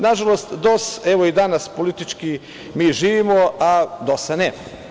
Nažalost, evo i danas politički mi živimo, a DOS-a nema.